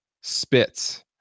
spits